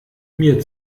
mir